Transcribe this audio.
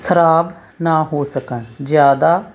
ਖ਼ਰਾਬ ਨਾ ਹੋ ਸਕਣ ਜ਼ਿਆਦਾ